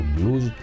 Blues